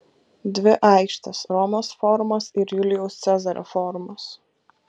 dvi aikštės romos forumas ir julijaus cezario forumas